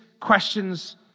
questions